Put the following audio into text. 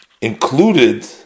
included